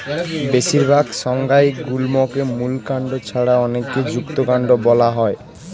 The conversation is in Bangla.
বেশিরভাগ সংজ্ঞায় গুল্মকে মূল কাণ্ড ছাড়া অনেকে যুক্তকান্ড বোলা হয়